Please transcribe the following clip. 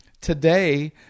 today